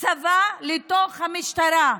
צבא לתוך המשטרה.